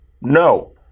No